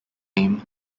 aim